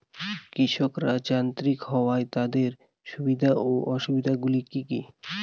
কৃষকরা যান্ত্রিক হওয়ার তাদের সুবিধা ও অসুবিধা গুলি কি কি?